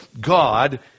God